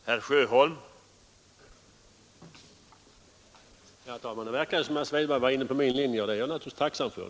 Herr talman! Det verkar nu som om herr Svedberg var inne på min linje, vilket jag naturligtvis är tacksam för.